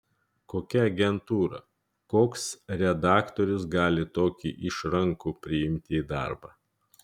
kokia agentūra koks redaktorius gali tokį išrankų priimti į darbą